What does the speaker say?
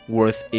Worth